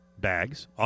Bags